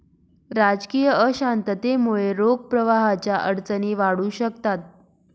राजकीय अशांततेमुळे रोख प्रवाहाच्या अडचणी वाढू शकतात